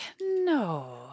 No